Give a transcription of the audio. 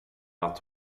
att